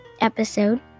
episode